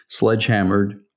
sledgehammered